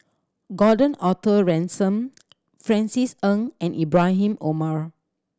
Gordon Arthur Ransome Francis Ng and Ibrahim Omar